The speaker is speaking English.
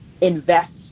invest